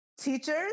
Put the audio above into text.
teachers